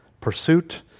pursuit